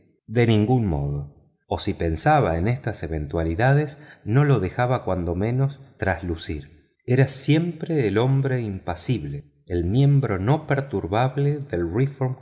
de ningún modo o si pensaba en estas eventualidades no lo dejaba cuando menos traslucir era siempre el hombre impasible el miembro imperturbable del